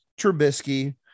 Trubisky